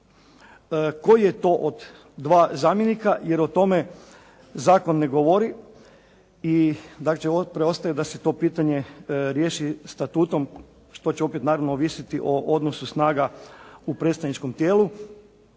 koji je to od dva zamjenika, jer o tome zakon ne govori, dakle preostaje da se to pitanje riješi statutom što će opet naravno ovisiti o odnosu snaga u predstavničkom tijelu.